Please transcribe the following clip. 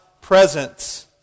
presence